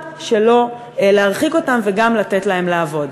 שלא להרחיק אותם וגם לתת להם לעבוד.